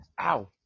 Ow